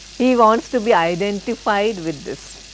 he wants to be identified with this.